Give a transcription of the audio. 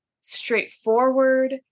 straightforward